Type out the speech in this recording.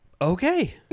Okay